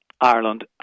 Ireland